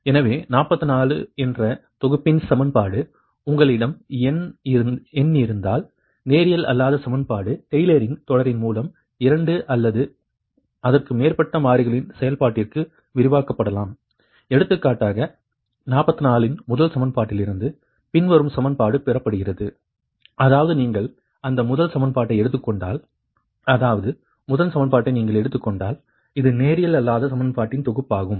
எனவே 44 என்ற தொகுப்பின் சமன்பாடு உங்களிடம் n எண் இருப்பதால் நேரியல் அல்லாத சமன்பாடு டெய்லரின் Taylor's தொடரின் மூலம் 2 அல்லது அதற்கு மேற்பட்ட மாறிகளின் செயல்பாட்டிற்கு விரிவாக்கப்படலாம் எடுத்துக்காட்டாக 44 இன் முதல் சமன்பாட்டிலிருந்து பின்வரும் சமன்பாடு பெறப்படுகிறது அதாவது நீங்கள் அந்த முதல் சமன்பாட்டை எடுத்துக் கொண்டால் அதாவது முதல் சமன்பாட்டை நீங்கள் எடுத்துக் கொண்டால் இது நேரியல் அல்லாத சமன்பாட்டின் தொகுப்பாகும்